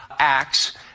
acts